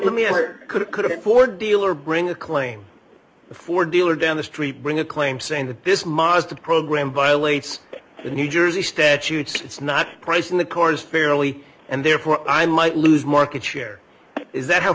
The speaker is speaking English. let me hear could it could it for dealer bring a claim before dealer down the street bring a claim saying that this mazda program violates the new jersey statute it's not pricing the cars fairly and therefore i might lose market share is that how